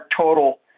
total